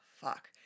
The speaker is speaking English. Fuck